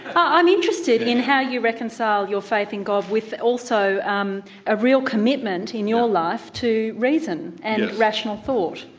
i'm interested in how you reconcile your faith in god with also um a real commitment in your life to reason and rational thought.